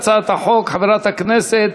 תציג את הצעת החוק חברת הכנסת